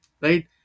right